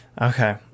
okay